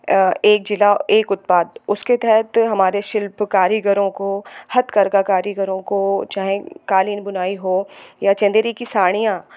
एक ज़िला एक उत्पाद उसके तहत हमारे शिल्प कारीगरों को हथकरघा कारीगरों को चाहे कालीन बुनाई हो या चंदेरी की साड़ियाँ